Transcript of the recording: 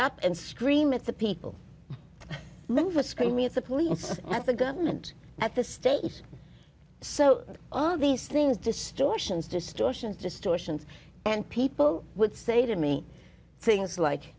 up and scream at the people mover screaming at the police and the government at the state so all of these things distortions distortions distortions and people would say to me things like